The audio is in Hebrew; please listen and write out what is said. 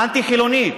האנטי-חילונית,